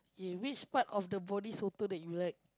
okay which part of the body sotong that you like